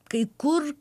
kai kur